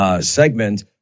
segment